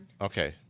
Okay